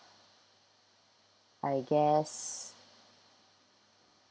I guess